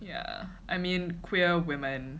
yeah I mean queer women